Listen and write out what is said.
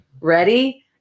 Ready